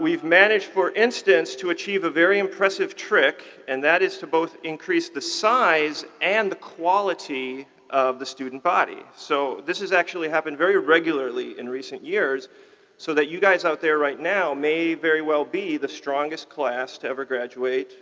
we've managed, for instance, to achieve a very impressive trick, and that is to both increase the size and the quality of the student body. so this has actually happened very regularly in recent years so that you guys out there right now may very well be the strongest class to ever graduate